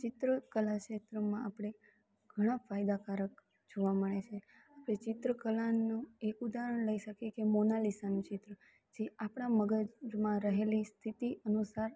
ચિત્રકલા ક્ષેત્રમાં આપણે ઘણા ફાયદાકારક જોવા મળે છે એ ચિત્ર કલાનું એક ઉદાહરણ લઈ શકીએ કે મોનાલીસાનું ચિત્ર જે આપણા મગજમાં રહેલી સ્થિતિ અનુસાર